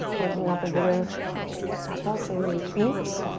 working up a bit of tapas, a little heat.